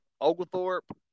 Oglethorpe